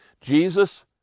Jesus